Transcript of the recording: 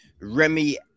Remy